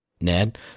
Ned